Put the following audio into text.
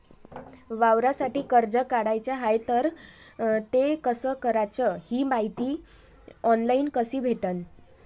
वावरासाठी कर्ज काढाचं हाय तर ते कस कराच ही मायती ऑनलाईन कसी भेटन?